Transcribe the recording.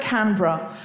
Canberra